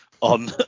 on